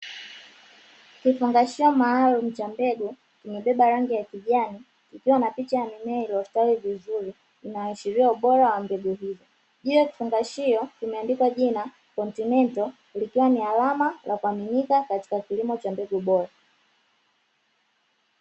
Kifungashio maalumu cha mbegu kimebeba rangi ya kijani kikiwa na picha ya mimea iliyostawi vizuri, inaashiria ubora wa mbegu hizo; juu ya kifungashio kumeandikwa jina "Continental" ikiwa ni alama ya kuaminika katika kilimo cha mbegu bora.